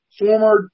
former